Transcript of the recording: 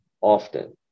often